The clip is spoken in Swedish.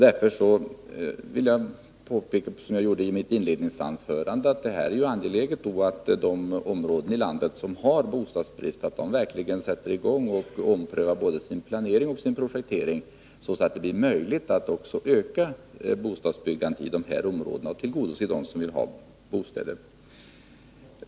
Därför vill jag på nytt påpeka, som jag gjorde i mitt inledningsanförande, att det är angeläget att man i de områden i landet som har bostadsbrist verkligen sätter i gång och omprövar både sin planering och sin projektering, så att det blir möjligt att öka bostadsbyggandet där och tillgodose dem som söker bostäder.